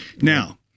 now